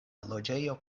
loĝejo